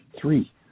Three